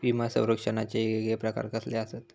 विमा सौरक्षणाचे येगयेगळे प्रकार कसले आसत?